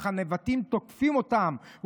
אך הנבטים תוקפים אותם,